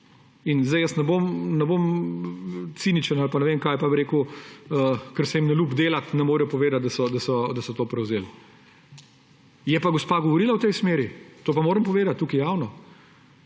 Sedaj jaz ne bom ciničen ali pa ne vem kaj, pa bi rekel, ker se jim ne ljubi delati, ne morejo povedati, da so to prevzeli. Je pa gospa govorila v tej smeri. To pa moram povedati tukaj javno.